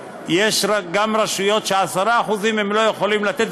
גם 10% הן לא יכולות לתת.